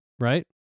Right